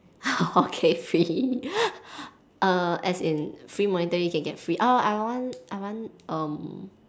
okay free err as in free monetary you can get free oh I want I want um